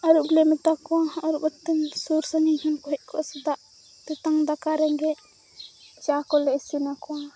ᱟᱹᱨᱩᱵᱞᱮ ᱢᱮᱛᱟᱠᱚᱣᱟ ᱟᱹᱨᱩᱵ ᱠᱟᱛᱮᱱ ᱥᱩᱨᱼᱥᱟᱺᱜᱤᱧ ᱠᱷᱚᱱᱠᱚ ᱦᱮᱡᱠᱚᱜᱼᱟ ᱥᱮ ᱫᱟᱜ ᱛᱮᱛᱟᱝ ᱫᱟᱠᱟ ᱨᱮᱸᱜᱮᱡ ᱪᱟᱠᱚᱞᱮ ᱤᱥᱤᱱᱟᱠᱚᱣᱟ